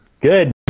Good